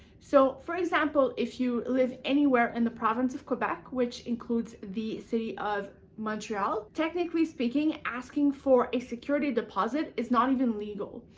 so, for example, if you live anywhere in and the province of quebec, which includes the city of montreal, technically speaking, asking for a security deposit is not even legal.